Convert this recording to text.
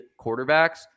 quarterbacks